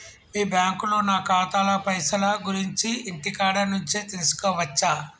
మీ బ్యాంకులో నా ఖాతాల పైసల గురించి ఇంటికాడ నుంచే తెలుసుకోవచ్చా?